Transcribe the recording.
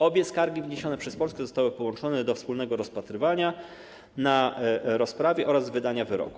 Obie skargi wniesione przez Polskę zostały połączone do wspólnego rozpatrywania na rozprawie oraz wydania wyroku.